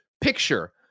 picture